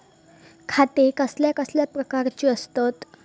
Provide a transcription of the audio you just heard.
खाते कसल्या कसल्या प्रकारची असतत?